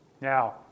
Now